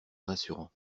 rassurant